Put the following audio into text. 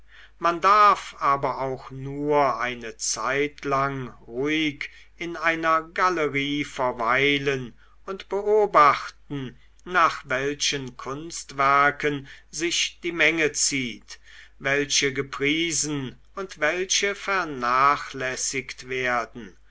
man darf aber auch nur eine zeitlang ruhig in einer galerie verweilen und beobachten nach welchen kunstwerken sich die menge zieht welche gepriesen und welche vernachlässigt werden